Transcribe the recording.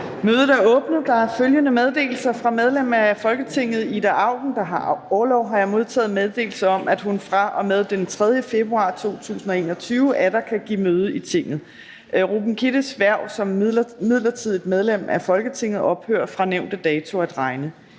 Mødet er åbnet. Der er følgende meddelelser: Fra medlem af Folketinget Ida Auken, der har orlov, har jeg modtaget meddelelse om, at hun fra og med den 3. februar 2021 atter kan give møde i Tinget. Ruben Kiddes hverv som midlertidigt medlem af Folketinget ophører fra nævnte dato at regne.